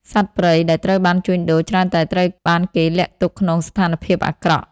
សត្វព្រៃដែលត្រូវបានជួញដូរច្រើនតែត្រូវបានគេលាក់ទុកក្នុងស្ថានភាពអាក្រក់។